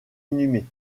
inhumés